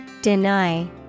Deny